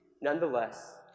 nonetheless